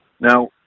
now